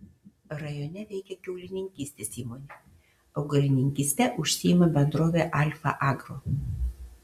rajone veikia kiaulininkystės įmonė augalininkyste užsiima bendrovė alfa agro